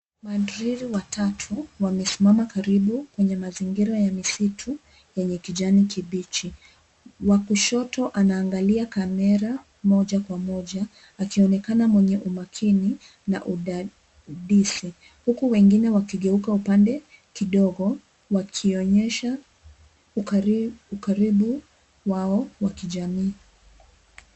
Madriri watatu wamesimama karibu kwenye mazingira ya msitu yenye kijani kibichi, wa kushoto anaangalia kamera moja kwa moja akionekana mwenye umakini na udadisi. Huku wengine wakigeuka upande kidogo wakionyesha ukaribu wao wakijamii.